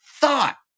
thought